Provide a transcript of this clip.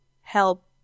help